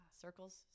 Circles